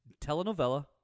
telenovela